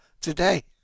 today